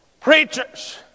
preachers